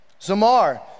Zamar